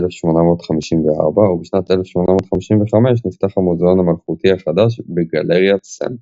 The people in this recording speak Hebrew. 1854 ובשנת 1855 נפתח "המוזיאון המלכותי החדש" בגלריית סמפר.